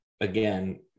again